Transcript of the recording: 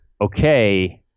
okay